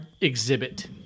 exhibit